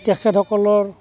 তেখেতসকলৰ